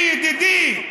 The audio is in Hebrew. ידידי,